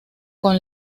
con